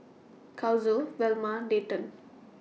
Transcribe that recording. Kazuo Velma Dayton